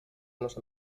nos